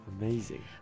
amazing